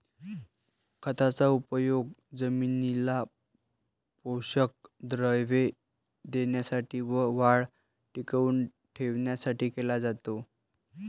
खताचा उपयोग जमिनीला पोषक द्रव्ये देण्यासाठी व वाढ टिकवून ठेवण्यासाठी केला जातो